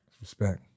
Respect